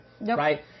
right